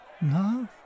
No